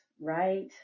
Right